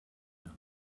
here